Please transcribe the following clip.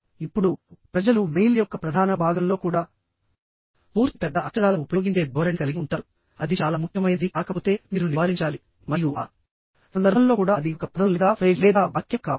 ఇప్పుడు ప్రజలు మెయిల్ యొక్క ప్రధాన భాగంలో కూడా పూర్తి పెద్ద అక్షరాలను ఉపయోగించే ధోరణి కలిగి ఉంటారు అది చాలా ముఖ్యమైనది కాకపోతే మీరు నివారించాలి మరియు ఆ సందర్భంలో కూడా అది ఒక పదం లేదా ఫ్రేజ్ లేదా వాక్యం కావచ్చు